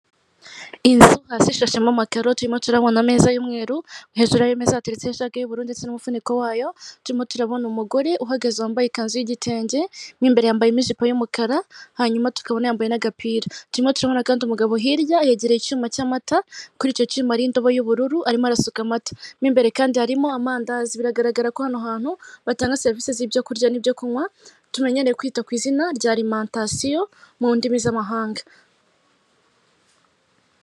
Iri iduka ricururizwamo ibintu bigiye bitandukanye harimo ibitenge abagore bambara bikabafasha kwirinda kugaragaza ubwambure bwabo.